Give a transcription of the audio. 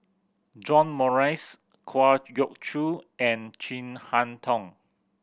John Morrice Kwa Geok Choo and Chin Harn Tong